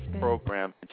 program